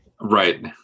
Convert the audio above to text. right